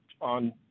on